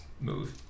move